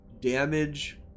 damage